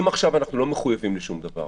אם עכשיו אנחנו לא מחויבים לשום דבר,